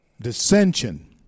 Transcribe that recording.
dissension